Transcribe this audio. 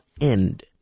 end